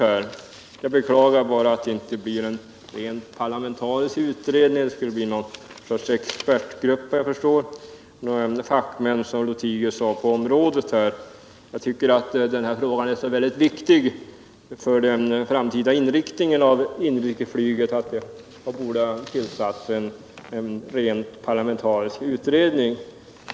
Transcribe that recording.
Jag bara beklagar att det inte blir en rent parlamentarisk utredning. Om jag förstod herr Lothigius rätt blir det fråga om något slags expertgrupp. Jag tycker att denna fråga är så viktig för den framtida inriktningen av inrikesflyget att det borde ha tillsatts en rent parlamentarisk utredning.